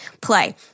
play